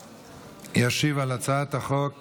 ישיב על הצעת החוק